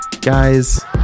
Guys